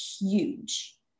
huge